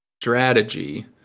strategy